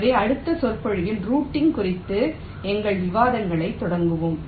எனவே அடுத்த சொற்பொழிவில் ரூட்டிங் குறித்த எங்கள் விவாதங்களைத் தொடங்குவோம்